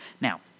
Now